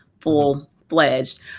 full-fledged